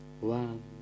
one